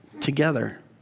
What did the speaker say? together